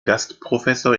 gastprofessor